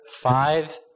Five